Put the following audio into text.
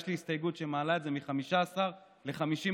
יש לי הסתייגות שמעלה את זה מ-15% ל-50%,